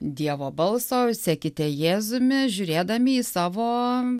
dievo balso sekite jėzumi žiūrėdami į savo